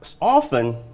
often